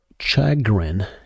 chagrin